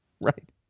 Right